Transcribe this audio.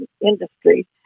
industry